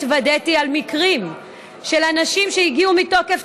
אני התוודעתי למקרים של אנשים שהגיעו מתוקף